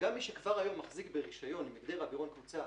שגם מי שכבר היום מחזיק ברישיון עם הגדר אווירון קבוצה